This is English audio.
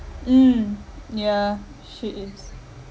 mm yeah she is